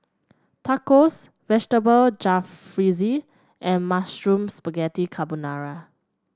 Tacos Vegetable Jalfrezi and Mushroom Spaghetti Carbonara